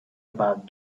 about